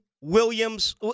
Williams